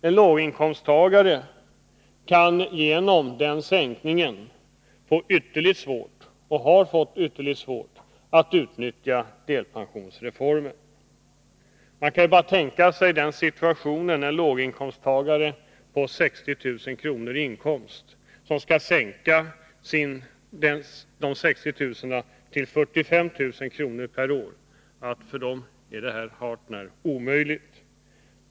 En låginkomsttagare har genom denna sänkning fått ytterligt svårt att utnyttja delpensionsreformen. Man kan tänka sig hur situationen blir för en låginkomsttagare med 60 000 kr. i inkomst. Han får alltså vid delpensione ringen 45 000 kr. per år, vilket är hart när omöjligt att leva på.